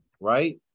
right